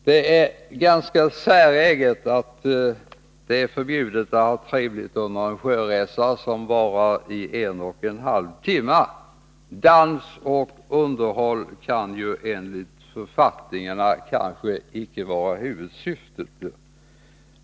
Det är ganska säreget att det är förbjudet att ha trevligt under en sjöresa som varar i en och en halv timme. Dans och underhållning kan ju enligt författningarna icke vara huvudsyftet.